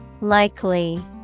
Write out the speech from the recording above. Likely